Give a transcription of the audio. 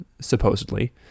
supposedly